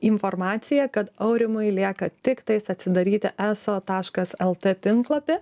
informaciją kad aurimui lieka tiktais atsidaryti eso taškas lt tinklapį